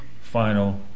final